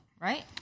right